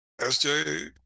SJ